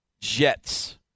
Jets